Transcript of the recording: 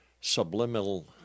subliminal